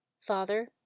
Father